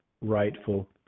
rightful